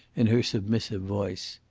in her submissive voice.